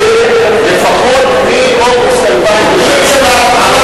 לפחות מאוגוסט 2006. נכון,